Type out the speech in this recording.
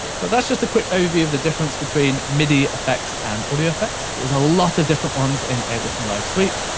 but that's just a quick overview of the difference between midi effects and audio effects. there's a lot of different ones in ableton live suite.